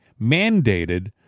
mandated